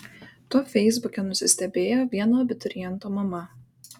tuo feisbuke nusistebėjo vieno abituriento mama